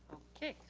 okay,